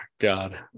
god